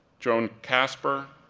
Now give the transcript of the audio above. joan kasper,